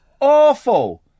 awful